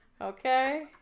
Okay